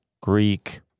Greek